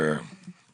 יש לי הערה